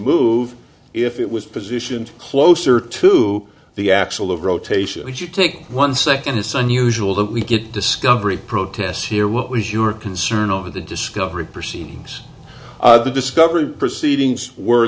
move if it was positioned closer to the axle of rotation would you take one second it's unusual that we get discovery protests here what was your concern over the discovery proceeds of the discovery proceedings were